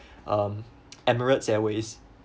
um emirates airways